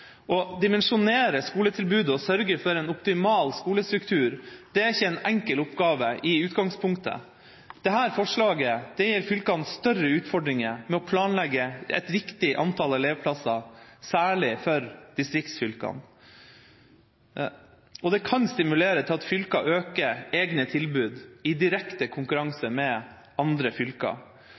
Å dimensjonere skoletilbudet og sørge for en optimal skolestruktur er ikke en enkel oppgave i utgangspunktet. Dette forslaget gir fylkene større utfordringer med å planlegge et riktig antall elevplasser, særlig distriktsfylkene, og det kan stimulere til at fylker øker egne tilbud i direkte konkurranse med andre fylker.